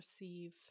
receive